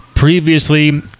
Previously